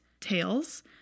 tails